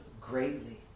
greatly